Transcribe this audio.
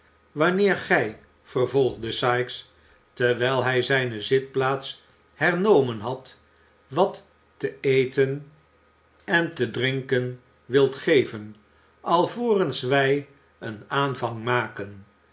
wanneer gij vervolgde sikes terwijl hij zijne zitplaats hernomen had wat te eten en te drinken wilt geven alvorens wij een aanvang maken